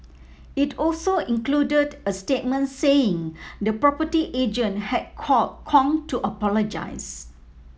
it also included a statement saying the property agent had called Kong to apologise